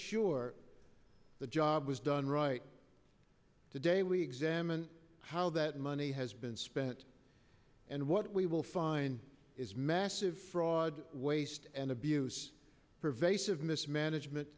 sure the job was done right today we examine how that money has been spent and what we will find is massive fraud waste and abuse pervasive mismanagement